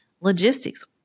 logistics